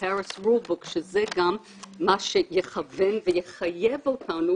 שגם זה גם מה שיכוון ויחייב אותנו